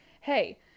hey